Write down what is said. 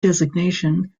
designation